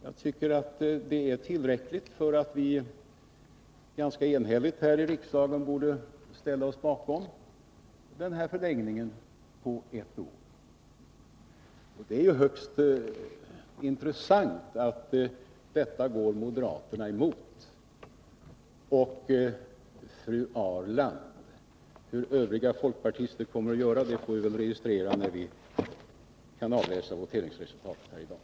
Jag tycker det är tillräckligt för att vi ganska enhälligt borde kunna ställa oss bakom förslaget om denna förlängning. Det är högst intressant att moderaterna går emot detta. Och det gör också fru Ahrland. Hur övriga folkpartister gör får vi notera när vi kan avläsa voteringsresultatet i dag.